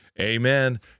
amen